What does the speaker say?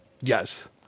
Yes